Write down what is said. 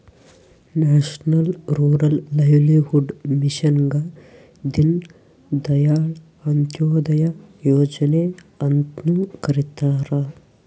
national rural livelihood ಮಿಷನ್ಗ ದೀನ್ ದಯಾಳ್ ಅಂತ್ಯೋದಯ ಯೋಜನೆ ಅಂತ್ನು ಕರಿತಾರ